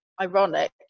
ironic